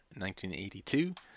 1982